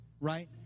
right